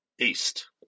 east